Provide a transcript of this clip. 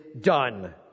done